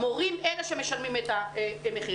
המורים הם אלה שמשלמים את המחיר.